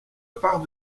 part